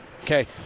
Okay